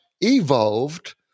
evolved